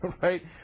right